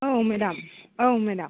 औ मेडाम औ मेडाम